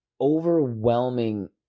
overwhelming